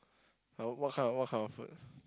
uh what kind what kind of food